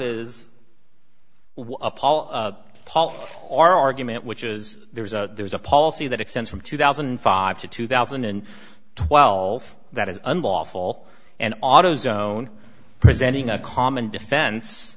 paul oral argument which is there's a there's a policy that extends from two thousand and five to two thousand and twelve that is unlawful and autozone presenting a common defen